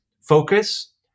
focus